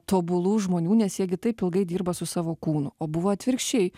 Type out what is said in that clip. tobulų žmonių nes jie gi taip ilgai dirba su savo kūnu o buvo atvirkščiai